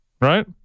right